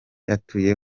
atuye